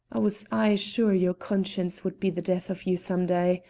i was aye sure your conscience would be the death of you some day.